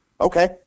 Okay